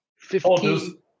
Fifteen